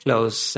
Close